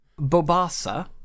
Bobasa